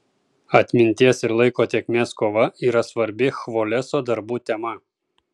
atminties ir laiko tėkmės kova yra svarbi chvoleso darbų tema